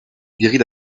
guérit